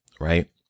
right